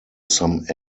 some